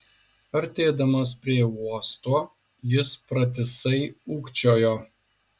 artėdamas prie uosto jis pratisai ūkčiojo